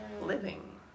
living